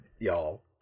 y'all